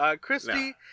Christy